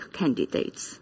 candidates